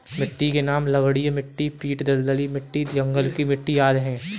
मिट्टी के नाम लवणीय मिट्टी, पीट दलदली मिट्टी, जंगल की मिट्टी आदि है